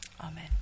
Amen